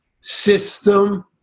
system